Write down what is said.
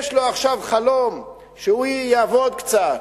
יש לו עכשיו חלום שהוא יעבוד קצת,